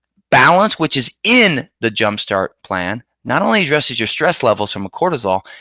balance which is in the jumpstart plan. not only addresses your stress levels from cortisol,